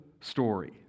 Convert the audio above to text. story